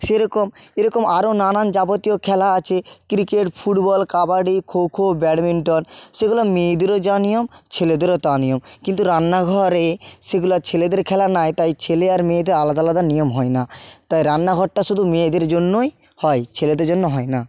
সে রকম এ রকম আরও নানান যাবতীয় খেলা আছে cricket football kabaddi kho kho badminton সেগুলো মেয়েদেরও যা নিয়ম ছেলেদেরও তা নিয়ম কিন্তু রান্নাঘরে সেগুলো ছেলেদের খেলা না এটায় ছেলে আর মেয়েদের আলাদা আলাদা নিয়ম হয় না তাই রান্নাঘরটা শুধু মেয়েদের জন্যই হয় ছেলেদের জন্য হয় না